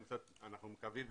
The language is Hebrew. אנחנו מנסים לעזור לו,